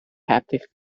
haptic